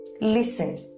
Listen